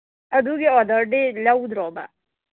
ꯑꯗꯨꯒꯤ ꯑꯣꯗꯔꯗꯤ ꯂꯧꯗ꯭ꯔꯣꯕ